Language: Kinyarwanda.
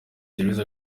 therese